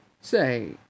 Say